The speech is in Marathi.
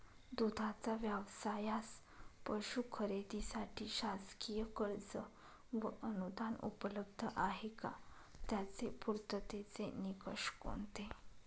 दूधाचा व्यवसायास पशू खरेदीसाठी शासकीय कर्ज व अनुदान उपलब्ध आहे का? त्याचे पूर्ततेचे निकष कोणते?